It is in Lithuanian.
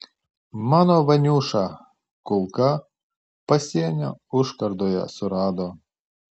mano vaniušą kulka pasienio užkardoje surado